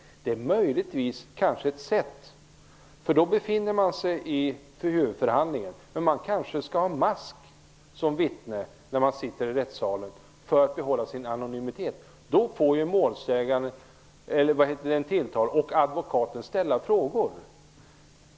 Det är möjligen ett sätt. Då är man i huvudförhandling. Vittnen som sitter i rättssalen kanske skall bära mask för att behålla sin anonymitet. Den tilltalade och advokaten får då möjlighet att ställa frågor.